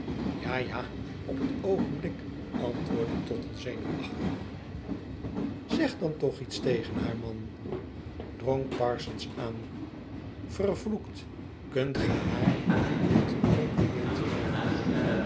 ja ja op het oogenblik antwoordde tottle zenuwachtig zeg dan toch iets tegen haar man drong parsons aan vervl kunt ge haar niet een compliment maken